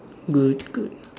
good good